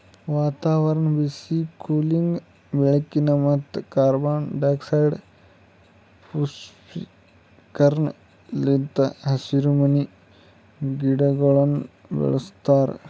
ವಾತಾವರಣ, ಬಿಸಿ, ಕೂಲಿಂಗ್, ಬೆಳಕಿನ ಮತ್ತ ಕಾರ್ಬನ್ ಡೈಆಕ್ಸೈಡ್ ಪುಷ್ಟೀಕರಣ ಲಿಂತ್ ಹಸಿರುಮನಿ ಗಿಡಗೊಳನ್ನ ಬೆಳಸ್ತಾರ